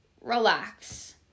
relax